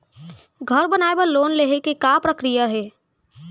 घर बनाये बर लोन लेहे के का प्रक्रिया हे?